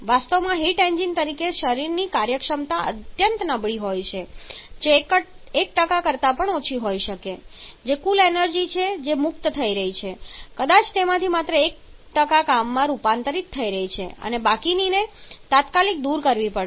વાસ્તવમાં heat engine તરીકે શરીરની કાર્યક્ષમતા અત્યંત નબળી હોય છે તે 1 કરતા પણ ઓછી હોઈ શકે છે જે કુલ એનર્જી છે જે મુક્ત થઈ રહી છે કદાચ તેમાંથી માત્ર 1 કામમાં રૂપાંતરિત થઈ રહી છે અને બાકીનીને તાત્કાલિક દૂર કરવી પડશે